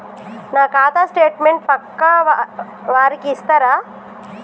నా ఖాతా స్టేట్మెంట్ పక్కా వారికి ఇస్తరా?